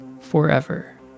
forever